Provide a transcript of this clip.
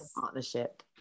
partnership